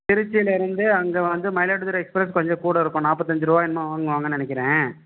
திருச்சிலேருந்து அங்கே வந்து மயிலாடுதுறை எக்ஸ்பிரஸ் கொஞ்சம் கூட இருக்கும் நாற்பத்தஞ்சி ருபா என்னமோ வாங்குவாங்கனு நினைக்கிறேன்